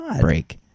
break